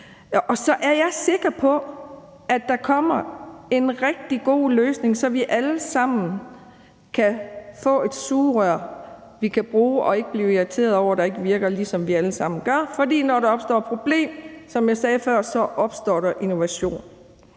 og så er jeg sikker på, at der kommer en rigtig god løsning, så vi alle sammen kan få et sugerør, vi kan bruge og ikke blive irriteret over ikke virker, som vi alle sammen gør, for når der opstår et problem, opstår der, som jeg sagde før, innovation.